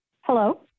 Hello